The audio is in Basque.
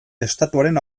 estatuaren